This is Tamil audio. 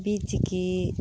பீச்சிக்கு